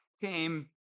came